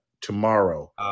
tomorrow